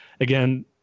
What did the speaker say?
again